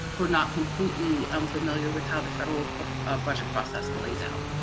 we're not completely unfamiliar with how the federal but ah budget process plays out.